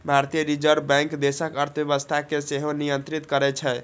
भारतीय reserve bank देशक अर्थव्यवस्था कें सेहो नियंत्रित करै छै